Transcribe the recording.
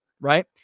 right